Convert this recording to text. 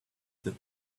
that